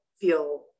feel